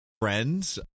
friends